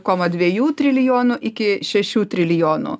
koma dviejų trilijonų iki šešių trilijonų